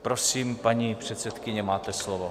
Prosím, paní předsedkyně, máte slovo.